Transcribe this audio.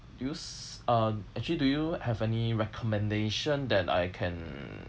do you s~ uh actually do you have any recommendation that I can